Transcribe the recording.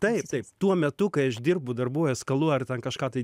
taip taip tuo metu kai aš dirbu darbuojuos kalus ar ten kažką tai